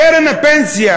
קרן הפנסיה